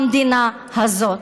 במדינה הזאת.